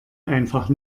einfach